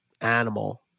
animal